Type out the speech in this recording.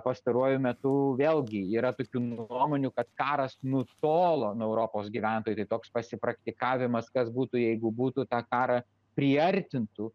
pastaruoju metu vėlgi yra tokių nuomonių kad karas nutolo nuo europos gyventojų tai toks pasipraktikavimas kas būtų jeigu būtų tą karą priartintų